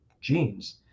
genes